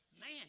Man